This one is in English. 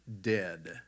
dead